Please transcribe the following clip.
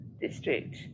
district